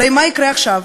הרי מה יקרה עכשיו?